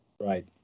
Right